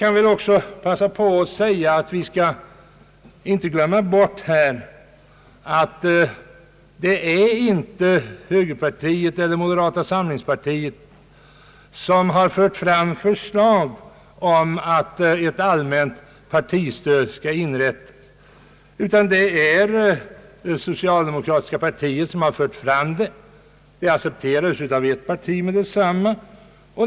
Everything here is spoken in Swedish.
Jag vill också passa på att säga att vi inte bör glömma bort att det inte var högerpartiet som framlade förslaget om ett allmänt partistöd. Förslaget framfördes av det socialdemokratiska partiet och accepterades av ännu ett parti meddetsamma.